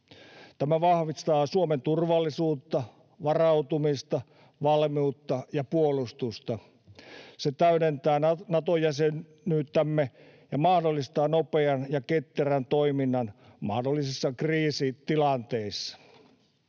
Tämä vahvistaa Suomen turvallisuutta, varautumista, valmiutta ja puolustusta. Se täydentää Nato-jäsenyyttämme ja mahdollistaa nopean ja ketterän toiminnan mahdollisissa kriisitilanteissa.